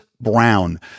brown